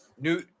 new